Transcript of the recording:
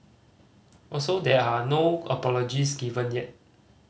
also there are no apologies given yet